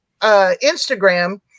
Instagram